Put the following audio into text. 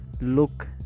look